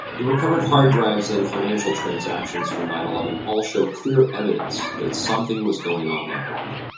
the recovered hard-drives and financial transactions from nine eleven all show clear evidence that something was going on that morning.